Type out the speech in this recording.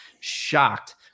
shocked